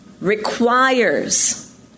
requires